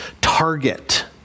target